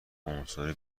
عنصر